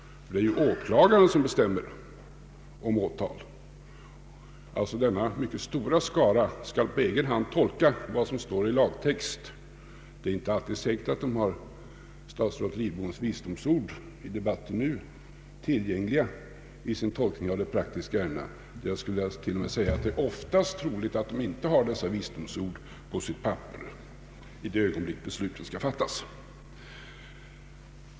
Det är åklagaren som bestämmer om åtal. Den mycket stora skaran av åklagare skall alltså på egen hand tolka vad som står i lagtexten. Det är inte säkert att de alltid har statsrådet Lidboms visdomsord nu i debatten tillgängliga vid sin handläggning av de praktiska ärendena. Jag skulle t.o.m. vilja säga att det är troligt att de oftast inte har dessa visdomsord framför sig i det ögonblick beslutet skall fattas.